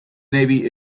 navy